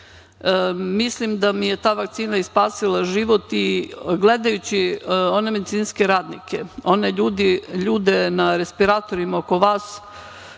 Mislim da mi je ta vakcina i spasila život. Gledajući one medicinske radnike, one ljude na respiratorima oko vas,